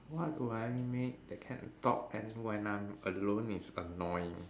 what will I make that can talk and when I'm alone it's annoying